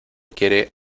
quiere